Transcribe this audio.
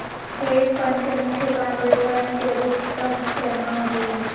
hedge fund के मुख्य काम रिटर्न के अधीकतम करना होबो हय